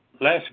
last